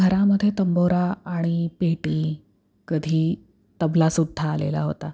घरामध्ये तंबोरा आणि पेटी कधी तबला सुद्धा आलेला होता